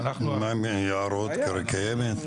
ומה עם יערות, קרן קיימת?